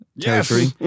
territory